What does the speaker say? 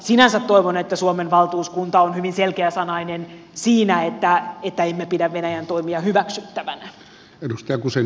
sinänsä toivon että suomen valtuuskunta on hyvin selkeäsanainen siinä että emme pidä venäjän toimia hyväksyttävinä